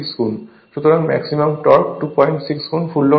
সুতরাং maximum torque 26 গুণ full load torque